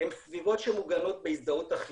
הן סביבות שמוגנות בהזדהות אחידה.